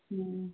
हूं